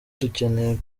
dukeneye